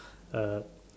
uh